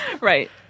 Right